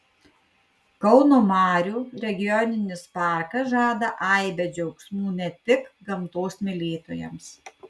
kauno marių regioninis parkas žada aibę džiaugsmų ne tik gamtos mylėtojams